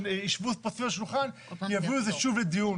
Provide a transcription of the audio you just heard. שיישבו פה סביב השולחן יביאו את זה שוב לדיון.